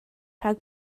rhag